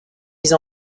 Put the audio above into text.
mise